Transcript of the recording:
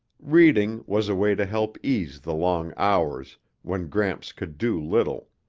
reading was a way to help ease the long hours when gramps could do little.